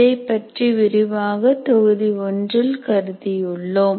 இதை பற்றி விரிவாக தொகுதி ஒன்றில் கருதி உள்ளோம்